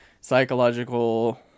psychological